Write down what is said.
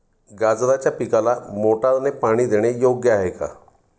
गाजराच्या पिकाला मोटारने पाणी देणे योग्य आहे का?